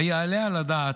היעלה על הדעת,